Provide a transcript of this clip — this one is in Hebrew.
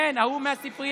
כן, ההוא מהספרייה.